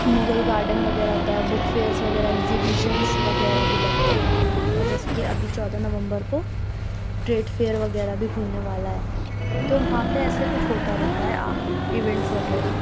Mughal garden وغیرہ ہوتا ہے بک فیئرس وغیرہ اکزیبیشنس وغیرہ بھی لگتے ہیں اور جیسے کہ ابھی چودہ نومبر کو ٹریڈ فیر وغیرہ بھی کُھلنے والا ہے تو وہاں پہ ایسے کچھ ہوتا رہتا ہے آ ایونٹس وغیرہ